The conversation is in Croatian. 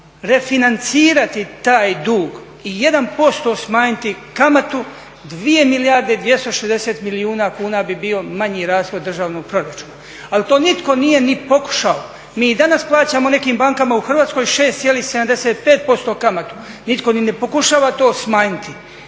refinancirati taj dug i 1% smanjiti kamatu 2 milijarde i 260 milijuna kuna bi bio manji rashod državnog proračuna. Ali to nitko nije ni pokušao. Mi i danas plaćamo nekim bankama u Hrvatskoj 6,75% kamatu. Nitko ni ne pokušava to smanjiti.